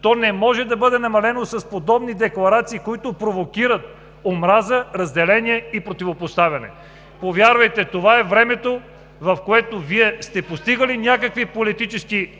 То не може да бъде намалено с подобни декларации, които провокират омраза, разделение и противопоставяне. Повярвайте, това е времето, в което Вие сте постигали някакви политически